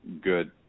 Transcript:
good